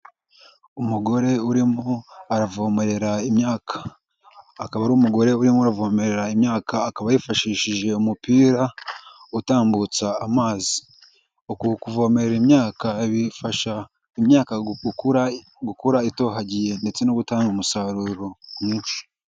Umugore urimo aravomerera imyaka, akaba ari umugore urimo aravomerera imyaka akaba yifashishije umupira utambutsa amazi, uku kuvomerera imyaka bifasha imyaka gukura gukura itohagiye ndetse no gutanga umusaruro mwinshi.